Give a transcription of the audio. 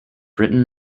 written